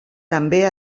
també